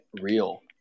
real